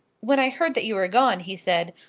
when i heard that you were gone, he said,